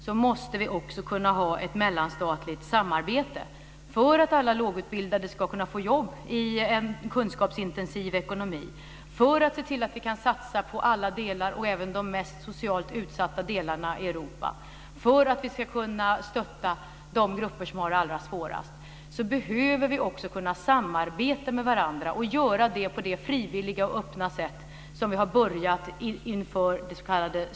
Vi måste ha ett samarbete för att alla lågutbildade ska kunna få jobb i en kunskapsintensiv ekonomi, för att se till att vi kan satsa på alla delar, även de mest socialt utsatta delarna i Europa och för att vi ska kunna stötta de grupper som har det allra svårast. Vi behöver kunna samarbeta med varandra och göra det på det frivilliga och öppna sätt som vi har börjat med inför det s.k.